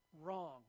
wrong